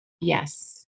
yes